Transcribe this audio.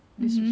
mmhmm